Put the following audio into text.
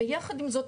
ויחד עם זאת,